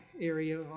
area